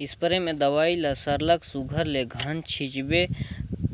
spray में दवई ल सरलग सुग्घर ले घन छींचबे